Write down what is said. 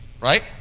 Right